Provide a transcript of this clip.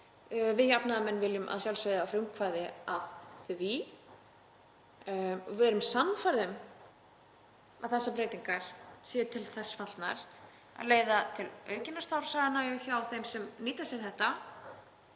Við jafnaðarmenn viljum að sjálfsögðu eiga frumkvæði að því. Við erum sannfærð um að þessar breytingar séu til þess fallnar að leiða til aukinnar starfsánægju hjá þeim sem nýta sér þetta,